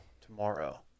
tomorrow